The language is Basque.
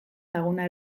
laguna